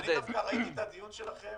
אני ראיתי את הדיון שלכם